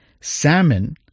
Salmon